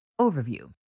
Overview